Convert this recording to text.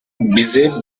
bize